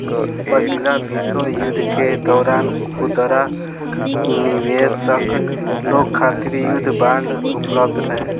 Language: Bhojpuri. पहिला विश्व युद्ध के दौरान खुदरा निवेशक लोग खातिर युद्ध बांड उपलब्ध रहे